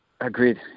Agreed